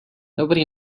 nobody